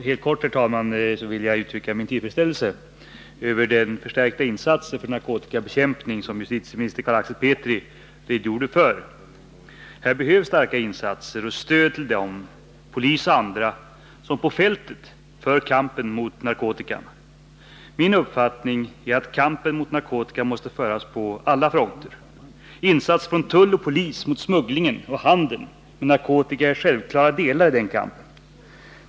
Herr talman! Jag vill uttrycka min tillfredsställelse över den förstärkta insats för narkotikabekämpning som justitieminister Carl Axel Petri redogjorde för. Här behövs starka insatser och stöd till dem, poliser och andra, som på fältet för kampen mot narkotikan. Min uppfattning är att den kampen måste föras på alla fronter. Insatser från tull och polis mot smuggling och handel med narkotika är självklara delar i den kampen.